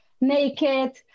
naked